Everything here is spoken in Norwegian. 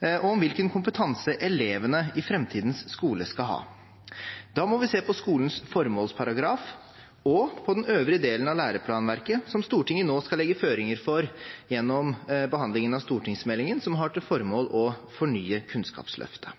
og om hvilken kompetanse elevene i framtidens skole skal ha. Da må vi se på skolens formålsparagraf og på den øvrige delen av læreplanverket som Stortinget nå skal legge føringer for gjennom behandlingen av stortingsmeldingen som har til formål å fornye Kunnskapsløftet.